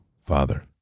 Father